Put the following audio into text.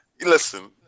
Listen